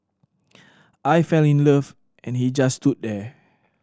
I fell in love and he just stood there